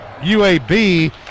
UAB